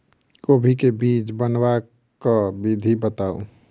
कोबी केँ बीज बनेबाक विधि बताऊ?